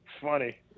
funny